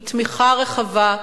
עם תמיכה רחבה,